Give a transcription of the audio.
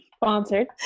sponsored